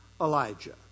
Elijah